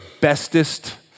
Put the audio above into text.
bestest